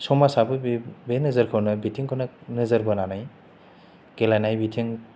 समाजाबो बिब बे नोजोरखौनो बिथिंखौनो नोजोर बोनानै गेलेनाय बिथिं